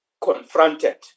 confronted